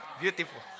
Beautiful